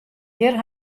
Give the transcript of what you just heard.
hjir